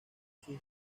sus